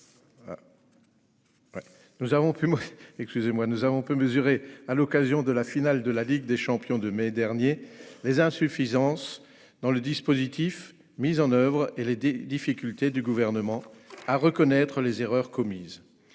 Nous avons pu mesurer, à l'occasion de la finale de la Ligue des champions de mai dernier, les insuffisances du dispositif mis en oeuvre et les difficultés du Gouvernement à reconnaître les erreurs commises.